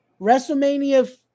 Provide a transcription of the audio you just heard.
WrestleMania